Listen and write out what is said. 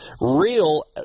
real